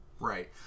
Right